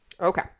okay